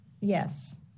Yes